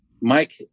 mike